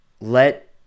let